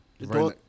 right